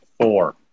Four